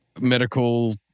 medical